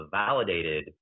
validated